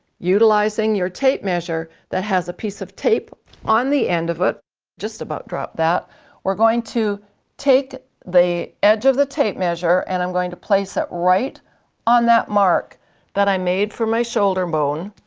utilizing your tape measure that has a piece of tape on the end of it just about drop that we're going to take the edge of the tape measure and i'm going to place it right on that mark that i made for my shoulder bone.